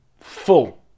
full